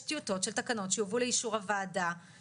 טיוטות של תקנות שהובאו לאישור הוועדה,